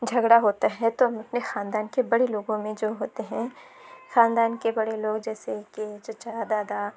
جھگڑا ہوتا ہے تو ہم اپنے خاندان کے بڑے لوگوں میں جو ہوتے ہیں خاندان کے بڑے لوگ جیسے کہ چچا دادا